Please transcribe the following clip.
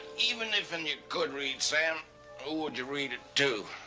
even if'n you could read, sam, who would you read it to?